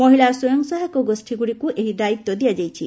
ମହିଳା ସ୍ୱୟଂ ସହାୟକ ଗୋଷ୍ୀଗୁଡ଼ିକୁ ଏହି ଦାୟିତ୍ ଦିଆଯାଇଛି